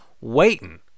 waiting